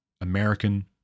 American